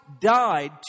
died